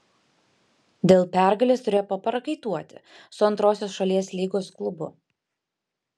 dėl pergalės turėjo paprakaituoti su antrosios šalies lygos klubu